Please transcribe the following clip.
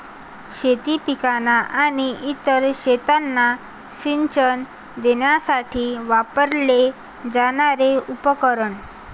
शेती पिकांना आणि इतर शेतांना सिंचन देण्यासाठी वापरले जाणारे उपकरण